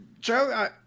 Joe